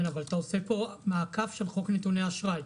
אבל אתה עושה פה מעקף של חוק נתוני אשראי.